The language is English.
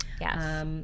Yes